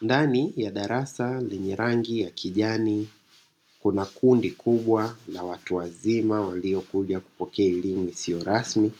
Ndani ya darasa lenye rangi ya kijani, kuna kundi kubwa la watu wazima waliokuja kupokea elimu siyo rasmi.